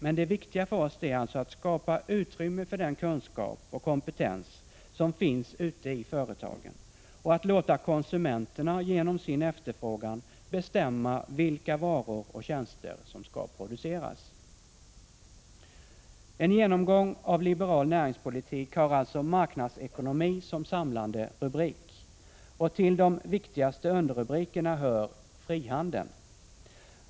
Men det viktiga för oss är alltså att skapa utrymme för den kunskap och kompetens som finns ute i företagen och att låta konsumenterna genom sin efterfrågan bestämma vilka varor och tjänster som skall produceras. En genomgång av liberal näringspolitik har således marknadsekonomi som samlande rubrik. Och till de viktigaste underrubrikerna hör ”Frihandeln”.